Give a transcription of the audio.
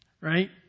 Right